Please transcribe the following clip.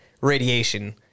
radiation